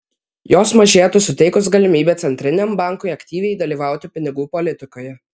jos mažėtų suteikus galimybę centriniam bankui aktyviai dalyvauti pinigų politikoje